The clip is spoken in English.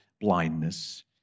blindness